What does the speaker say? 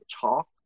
talk